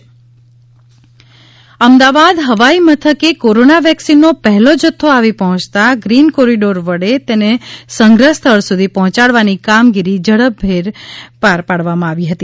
corona વેક્સિનનું આગમન અમદાવાદ હવાઈ મથકે કોરોના વેક્સિનનો પહેલો જથ્થો આવી પહોંચતા ગ્રીન કોરિડોર વડે તેને સંગ્રહ સ્થળ સુધી પહોંચાડવાની કામગીરી ઝડપભેર પર પાડવામાં આવી હતી